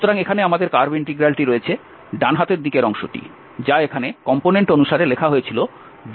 সুতরাং এখানে আমাদের কার্ভ ইন্টিগ্রালটি রয়েছে ডান হাতের দিকের অংশটি যা এখানে কম্পোনেন্ট অনুসারে লেখা হয়েছিল F2∂x F1∂y